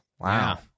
wow